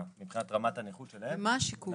מבחינת רמת הנכות שלהם -- מה השיקול?